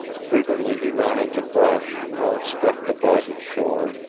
frequently he ran into brush, or struck the boggy shore,